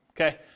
okay